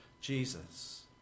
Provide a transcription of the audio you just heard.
Jesus